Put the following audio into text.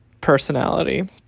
personality